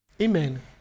Amen